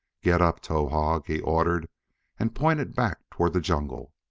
get up, towahg, he ordered and pointed back toward the jungle.